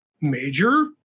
major